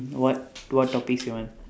what what topics you want